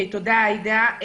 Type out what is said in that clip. תודה, עאידה.